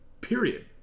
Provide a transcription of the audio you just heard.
Period